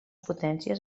potències